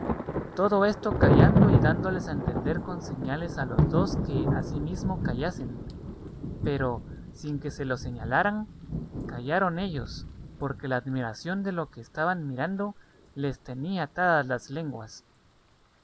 todo esto callando y dándoles a entender con señales a los dos que asimismo callasen pero sin que se lo señalaran callaron ellos porque la admiración de lo que estaban mirando les tenía atadas las lenguas